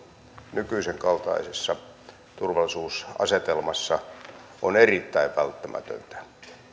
nykyisen kaltaisessa turvallisuusasetelmassa on erittäin välttämätöntä